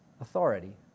authority